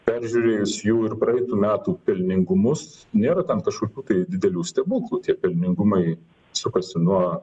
peržiūrėjus jų ir praeitų metų pelningumus nėra ten kažkokių didelių stebuklų tie pelningumai sukasi nuo